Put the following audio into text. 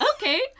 okay